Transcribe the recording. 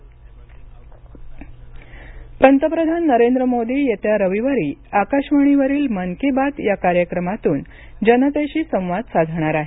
मन की बात पंतप्रधान नरेंद्र मोदी येत्या रविवारी आकाशवाणीवरील मन की बात या कार्यक्रमातून जनतेशी संवाद साधणार आहेत